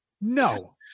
No